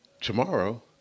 tomorrow